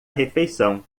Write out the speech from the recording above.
refeição